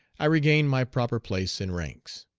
i regained my proper place in ranks.